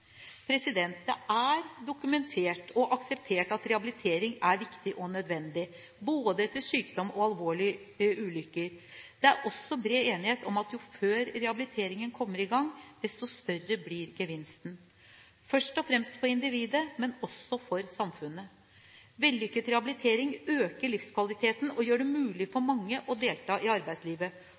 Det er dokumentert, og akseptert, at rehabilitering er viktig og nødvendig, både etter sykdom og alvorlige ulykker. Det er også bred enighet om at jo før rehabiliteringen kommer i gang, desto større blir gevinsten – først og fremst for individet, men også for samfunnet. Vellykket rehabilitering øker livskvaliteten og gjør det mulig for mange å delta i arbeidslivet,